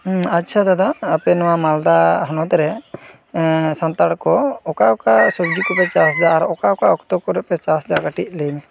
ᱟᱪᱪᱷᱟ ᱫᱟᱫᱟ ᱟᱯᱮ ᱱᱚᱣᱟ ᱢᱟᱞᱫᱟ ᱦᱚᱱᱚᱛᱨᱮ ᱥᱟᱱᱛᱟᱲᱠᱚ ᱚᱠᱟ ᱚᱠᱟ ᱥᱚᱵᱽᱡᱤᱠᱚ ᱯᱮ ᱪᱟᱥᱫᱟ ᱟᱨ ᱚᱠᱟ ᱚᱠᱟ ᱚᱠᱛᱚ ᱠᱚᱨᱮᱯᱮ ᱪᱟᱥᱫᱟ ᱠᱟᱹᱴᱤᱡ ᱞᱟᱹᱭᱢᱮ